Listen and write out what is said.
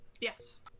yes